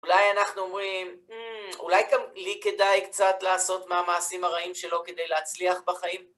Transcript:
אולי אנחנו אומרים, אולי גם לי כדאי קצת לעשות מהמעשים הרעים שלו כדי להצליח בחיים?